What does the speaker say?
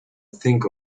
think